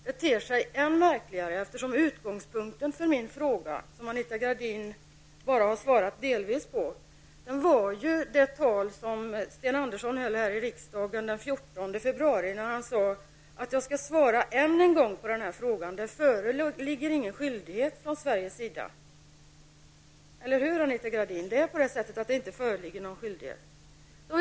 Detta ter sig än märkligare eftersom utgångspunkten för min fråga, som Anita Gradin har svarat på bara delvis, var det tal som Sten Andersson höll i riksdagen den 14 februari då han sade: Jag skall än en gång svara på den här frågan. Det föreligger ingen skyldighet från Sveriges sida. Visst är det på det sättet, Anita Gradin, dvs. att det inte föreligger någon skyldighet?